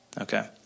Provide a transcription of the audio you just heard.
Okay